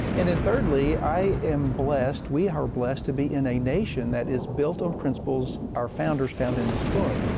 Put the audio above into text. and then thirdly, i am blessed, we are blessed, to be in a nation that is built on principles our founders found in this book.